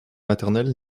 maternelle